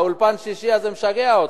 חבר הכנסת ביבי, "אולפן שישי" הזה משגע אתכם.